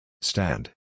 Stand